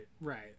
right